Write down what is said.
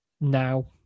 now